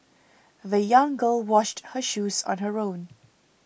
the young girl washed her shoes on her own